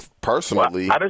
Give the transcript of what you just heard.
Personally –